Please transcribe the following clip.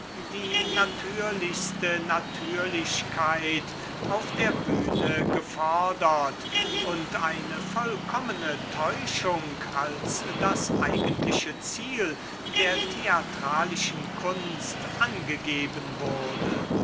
die natürlichste natürlichkeit auf der bühne gefordert und eine vollkommene täuschung als das eigentliche ziel der theatralischen kunst angegeben wurde